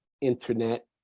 internet